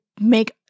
make